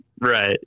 Right